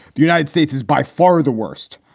the united states is by far the worst.